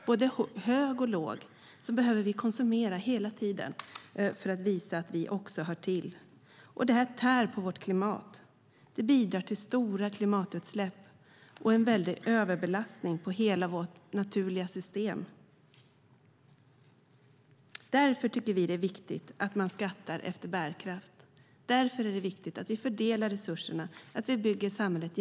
Såväl hög som låg behöver hela tiden konsumera för att visa att man är med. Det tär på vårt klimat. Det bidrar till stora klimatutsläpp och en överbelastning av hela vårt naturliga system. Därför tycker vi att det är viktigt att man skattar efter bärkraft. Därför är det viktigt att vi fördelar resurserna och gemensamt, kollektivt, bygger samhället.